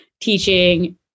teaching